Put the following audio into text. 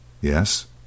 Yes